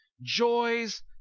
joys